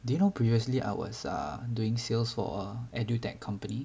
do you know previously I was err doing sales for a edu tech company